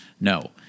No